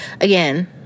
again